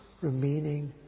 remaining